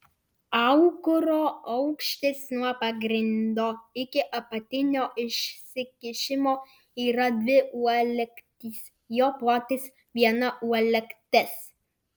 aukuro aukštis nuo pagrindo iki apatinio išsikišimo yra dvi uolektys jo plotis viena uolektis